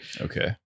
Okay